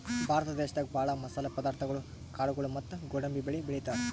ಭಾರತ ದೇಶದಾಗ ಭಾಳ್ ಮಸಾಲೆ ಪದಾರ್ಥಗೊಳು ಕಾಳ್ಗೋಳು ಮತ್ತ್ ಗೋಡಂಬಿ ಬೆಳಿ ಬೆಳಿತಾರ್